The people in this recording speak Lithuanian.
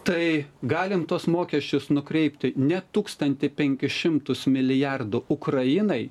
tai galim tuos mokesčius nukreipti ne tūkstantį penkis šimtus milijardų ukrainai